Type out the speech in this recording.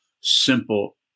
simple